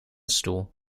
stoel